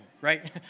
right